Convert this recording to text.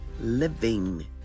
living